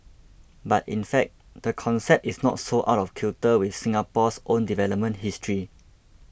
but in fact the concept is not so out of kilter with Singapore's own development history